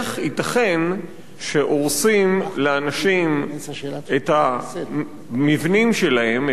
איך ייתכן שהורסים לאנשים את המבנים שלהם,